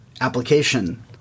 application